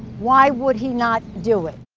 why would he not do it?